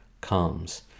Comes